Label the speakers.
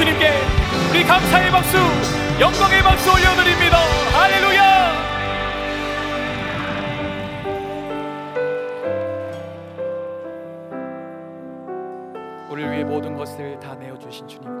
Speaker 1: 주님께 우리 감사의 박수, 영광의 박수 올려드립니다. 할렐루야!
Speaker 2: 우리를 위해 모든 것을 다 내어주신 주님.